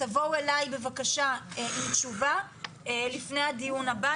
תבואו אליי בבקשה עם תשובה לפני הדיון הבא.